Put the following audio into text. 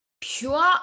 Pure